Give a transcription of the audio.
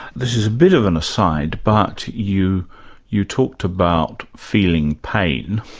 this is a bit of an aside, but you you talked about feeling pain.